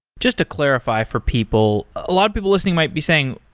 just to clarify for people. a lot of people listening might be saying,